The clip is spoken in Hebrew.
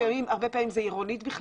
הרבה פעמים זאת פסולת עירונית.